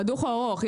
הדוח ארוך.